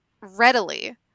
readily